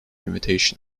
invitation